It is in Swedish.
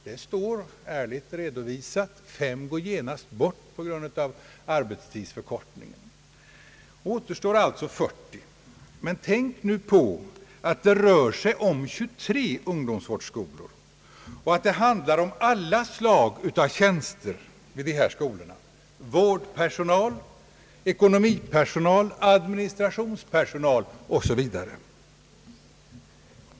Det står ärligt redovisat att fem tjänster genast går bort på grund av arbetstidsförkortning. Det återstår alltså 40. Men tänk nu på att det rör sig om 23 ungdomsvårdsskolor och alla slag av tjänster vid dessa skolor — vårdspersonal, ekonomipersonal, administrationspersonal osv.